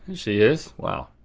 she is. wow.